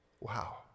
Wow